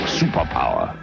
superpower